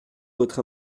votre